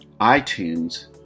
iTunes